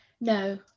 No